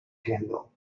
handle